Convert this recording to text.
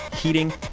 heating